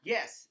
Yes